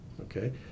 Okay